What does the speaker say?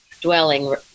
dwelling